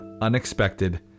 unexpected